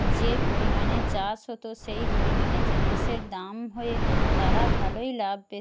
যে পরিমাণে চাষ হতো সেই পরিমাণে জিনিসের দাম হয়ে তারা ভালোই লাভ পেত